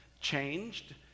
changed